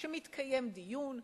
שמתקיים דיון,